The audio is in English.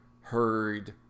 heard